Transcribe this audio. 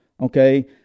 Okay